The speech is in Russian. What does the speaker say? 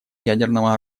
ядерного